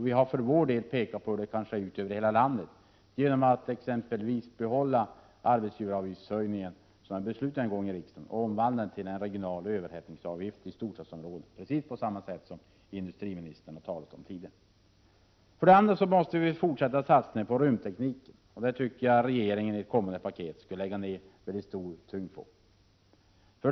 Vi har för centerns del pekat på hur det kan komma att se ut över hela landet om man exempelvis bibehåller den arbetsgivaravgiftshöjning som är beslutad i riksdagen och omvandlar den till en regional överhettningsavgift i storstadsområdena, på precis samma sätt som industriministern talat om tidigare. 2. Vi måste fortsätta satsningen på rymdteknik. Detta tycker jag regeringen i ett kommande paket skall lägga stor tyngd på. 3.